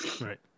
Right